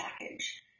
package